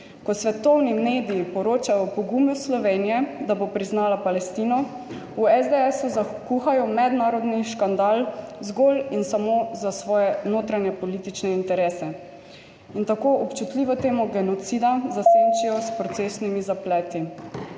Ko svetovni mediji poročajo o pogumu Slovenije, da bo priznala Palestino, v SDS zakuhajo mednarodni škandal zgolj in samo za svoje notranjepolitične interese in tako občutljivo temo genocida zasenčijo s procesnimi zapleti.